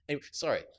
Sorry